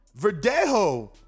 Verdejo